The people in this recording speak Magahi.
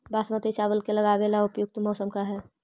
बासमती चावल के लगावे ला उपयुक्त मौसम का है?